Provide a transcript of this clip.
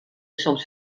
soms